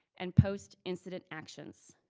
and post-incidence actions?